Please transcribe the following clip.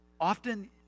often